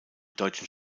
deutschen